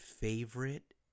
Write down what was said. favorite